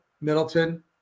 Middleton